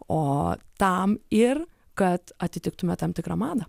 o tam ir kad atitiktume tam tikrą madą